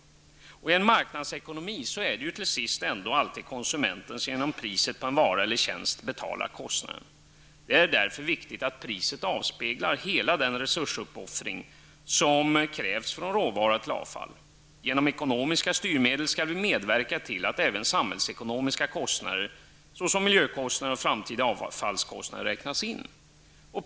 I en marknadsekonomi är det ju till sist ändå alltid konsumenten som genom priset på en vara eller tjänst betalar kostnaden. Det är därför viktigt att priset avspeglar hela den resursoffring som krävs från råvara till avfall. Genom ekonomiska styrmedel skall vi medverka till att även samhällsekonomiska kostnader, såsom miljökostnader och framtida avfallskostnader, räknas in.